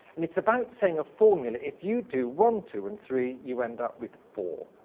and it's about saying a formula. if you do one, two, and three, you end up with four.